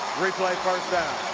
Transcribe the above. replay first down.